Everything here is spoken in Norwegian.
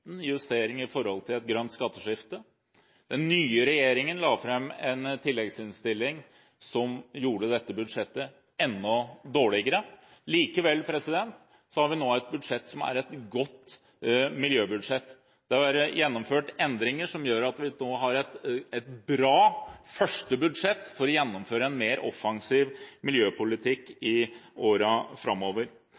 justering knyttet til et grønt skatteskifte. Den nye regjeringen la fram en tilleggsinnstilling som gjorde dette budsjettet enda dårligere. Likevel har vi nå et budsjett som er et godt miljøbudsjett. Det er gjennomført endringer som gjør at vi nå har et bra første budsjett for å gjennomføre en mer offensiv miljøpolitikk